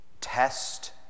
test